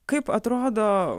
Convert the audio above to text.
kaip atrodo